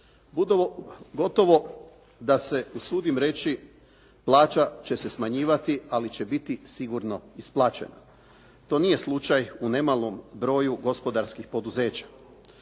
Gotovo da se usudim reći, plaća će se smanjivati, ali će biti sigurno isplaćena. To nije slučaj u nemalom broju gospodarskih poduzeća.